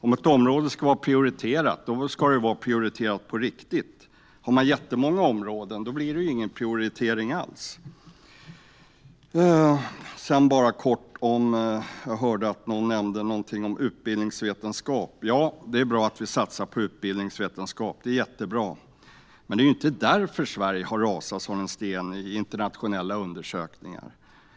Om ett område ska vara prioriterat ska det vara prioriterat på riktigt. Om man har jättemånga områden blir det ingen prioritering alls. Någon nämnde utbildningsvetenskap. Det är jättebra att vi satsar på utbildningsvetenskap. Men det är inte på grund av utbildningsvetenskapen som Sverige har rasat som en sten i internationella undersökningar.